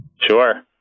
Sure